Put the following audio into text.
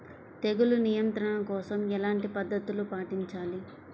తెగులు నియంత్రణ కోసం ఎలాంటి పద్ధతులు పాటించాలి?